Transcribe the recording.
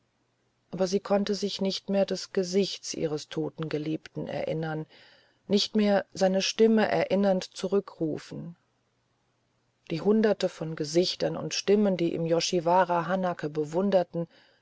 aber sie konnte sich nicht mehr des gesichts ihres toten geliebten erinnern nicht mehr seine stimme erinnernd zurückrufen die hunderte von gesichtern und stimmen die im yoshiwara hanake bewunderten